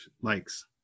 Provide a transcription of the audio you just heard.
likes